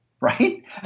right